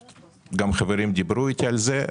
גם חברים אחרים דיברו אתי על זה.